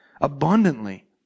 abundantly